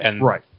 Right